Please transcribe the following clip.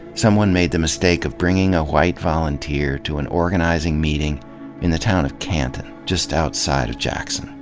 someone made the mistake of bringing a white volunteer to an organizing meeting in the town of canton, just outside of jackson.